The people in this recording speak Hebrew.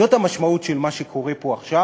זאת המשמעות של מה שקורה פה עכשיו,